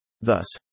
Thus